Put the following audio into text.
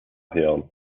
hören